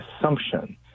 assumption